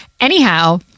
Anyhow